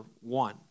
one